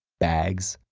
bags,